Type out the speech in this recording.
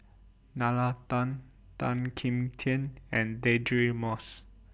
Nalla Tan Tan Kim Tian and Deirdre Moss